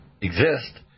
exist